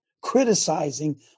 criticizing